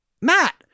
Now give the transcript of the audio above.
Matt